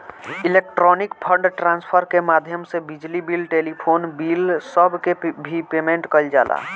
electronic fund transfer के माध्यम से बिजली बिल टेलीफोन बिल सब के भी पेमेंट कईल जाला